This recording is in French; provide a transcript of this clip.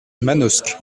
manosque